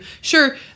Sure